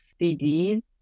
CDs